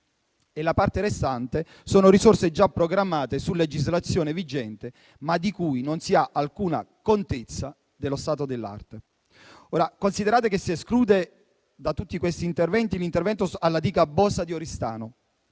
e la parte restante sono risorse già programmate su legislazione vigente ma di cui non si ha alcuna contezza "dello stato dell'arte"; considerato che: si esclude l'intervento alla diga di Bosa (Oristano);